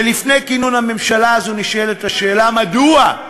ולפני כינון הממשלה הזאת נשאלת השאלה: מדוע?